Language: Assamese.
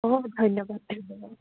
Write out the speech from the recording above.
অঁ ধন্যবাদ ধন্য়বাদ